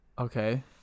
Okay